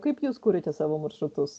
kaip jūs kuriate savo maršrutus